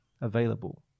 available